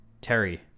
Terry